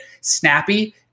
snappy